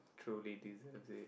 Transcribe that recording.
truly deserves it